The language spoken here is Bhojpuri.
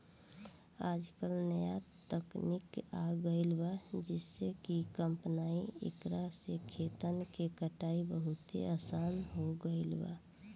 आजकल न्या तकनीक आ गईल बा जेइसे कि कंपाइन एकरा से खेतन के कटाई बहुत आसान हो गईल बा